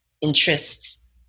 interests